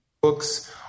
books